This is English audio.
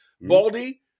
Baldy